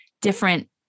different